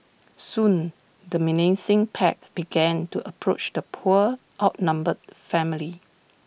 soon the menacing pack began to approach the poor outnumbered family